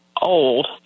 old